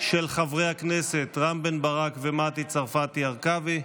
של חברי הכנסת רם בן ברק ומטי צרפתי הרכבי.